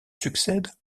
succèdent